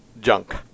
junk